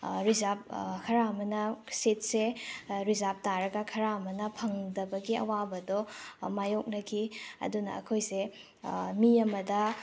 reserve ꯈꯔ ꯑꯃꯅ ꯁꯤꯠꯁꯦ ꯔꯤꯖꯥꯔꯚ ꯇꯥꯔꯒ ꯈꯔ ꯑꯃꯅ ꯐꯪꯗꯕꯒꯤ ꯑꯋꯥꯕꯗꯣ ꯃꯥꯏꯌꯣꯛꯅꯈꯤ ꯑꯗꯨꯅ ꯑꯩꯈꯣꯏꯁꯦ ꯃꯤ ꯑꯃꯗ